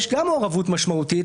גם יש מעורבות משמעותית,